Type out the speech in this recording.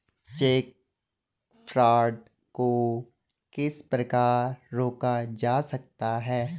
Check fraud को किस प्रकार रोका जा सकता है?